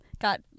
Got